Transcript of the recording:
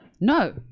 No